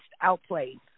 outplayed